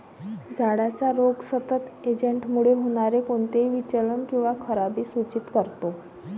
झाडाचा रोग सतत एजंटमुळे होणारे कोणतेही विचलन किंवा खराबी सूचित करतो